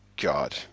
God